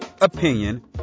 opinion